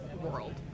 world